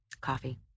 Coffee